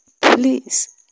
please